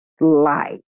light